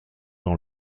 dans